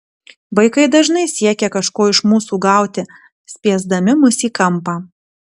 vaikai dažnai siekia kažko iš mūsų gauti spiesdami mus į kampą